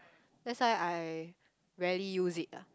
that's why I rarely use it ah